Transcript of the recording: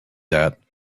that